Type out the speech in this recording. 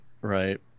Right